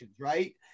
right